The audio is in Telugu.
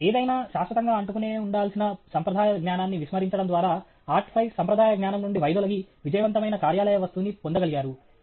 ఏదైనా శాశ్వతంగా అంటుకునే ఉండాల్సిన సంప్రదాయ జ్ఞానాన్ని విస్మరించడం ద్వారా ఆర్ట్ ఫ్రై సంప్రదాయ జ్ఞానం నుండి వైదొలిగి విజయవంతమైన కార్యాలయ వస్తువు ని పొందగలిగారు